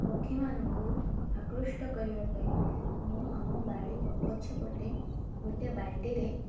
ପକ୍ଷୀମାନଙ୍କୁ ଆକୃଷ୍ଟ କରିବା ପାଇଁ ମୁଁ ଆମ ବାଡ଼ି ପଛପଟେ ଗୋଟେ ବାଲ୍ଟିରେ